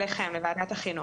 אליכם, לוועדת החינוך.